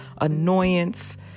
annoyance